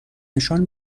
نشان